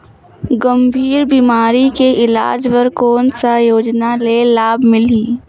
गंभीर बीमारी के इलाज बर कौन सा योजना ले लाभ मिलही?